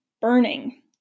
burning